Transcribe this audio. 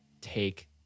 take